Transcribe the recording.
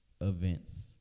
events